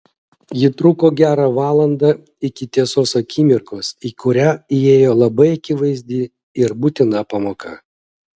ji truko gerą valandą iki tiesos akimirkos į kurią įėjo labai akivaizdi ir būtina pamoka